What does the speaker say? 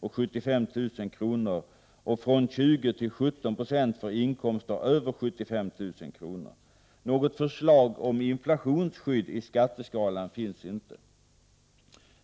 000-75 000 kr. och från 20 95 till 17 96 för inkomster över 75 000 kr. Något förslag om inflationsskydd i skatteskalan finns inte.